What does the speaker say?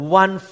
one